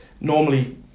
normally